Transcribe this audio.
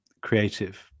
creative